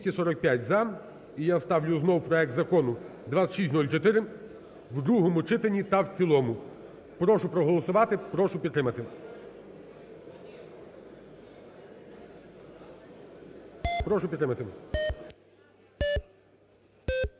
Прошу проголосувати. Прошу підтримати.